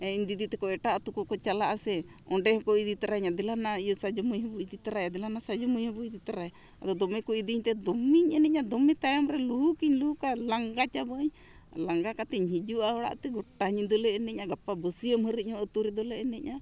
ᱤᱧ ᱫᱤᱫᱤ ᱛᱮᱠᱚ ᱮᱴᱟᱜ ᱟᱛᱳ ᱠᱚᱠᱚ ᱪᱟᱞᱟᱜᱼᱟ ᱥᱮ ᱚᱸᱰᱮ ᱦᱚᱸᱠᱚ ᱤᱫᱤ ᱛᱟᱨᱟᱭᱟ ᱫᱤᱞᱟᱱᱟ ᱤᱭᱟᱹ ᱥᱟᱡᱚᱢᱟᱹᱭ ᱦᱚᱸ ᱵᱚ ᱤᱫᱤ ᱛᱟᱨᱟᱭ ᱟᱫᱤᱞᱟ ᱥᱟᱡᱚᱢᱟᱹᱭ ᱦᱚᱸᱵᱚ ᱤᱫᱤ ᱛᱟᱨᱟᱭ ᱟᱫᱚ ᱫᱚᱢᱮ ᱠᱚ ᱤᱫᱤᱧ ᱛᱮ ᱫᱚᱢᱮᱧ ᱮᱱᱮᱡᱟ ᱫᱚᱢᱮ ᱛᱟᱭᱚᱢ ᱨᱮ ᱞᱩᱦᱩᱠ ᱤᱧ ᱞᱩᱦᱩᱠᱟ ᱞᱟᱝᱜᱟ ᱪᱟᱵᱟᱹᱧ ᱞᱟᱸᱜᱟ ᱠᱟᱛᱮᱧ ᱦᱤᱡᱩᱜᱼᱟ ᱚᱲᱟᱜ ᱛᱮ ᱜᱚᱴᱟᱧ ᱫᱚᱞᱮ ᱮᱱᱮᱡᱟ ᱜᱟᱯᱟ ᱵᱟᱹᱥᱭᱟᱹ ᱦᱟᱹᱵᱤᱡ ᱦᱚᱸ ᱟᱛᱳ ᱨᱮᱫᱚᱞᱮ ᱮᱱᱮᱡᱼᱟ